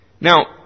Now